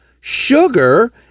Sugar